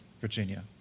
Virginia